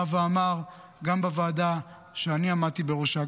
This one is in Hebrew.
אמר גם בוועדה שאני עמדתי בראשה,